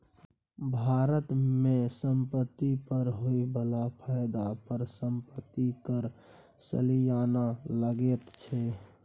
भारत मे संपत्ति पर होए बला फायदा पर संपत्ति कर सलियाना लगैत छै